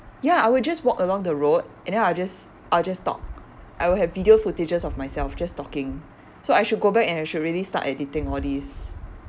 ya I will just walk along the road and then I will just I will just talk I will have video footages of myself just talking so I should go back and I should really start editing all these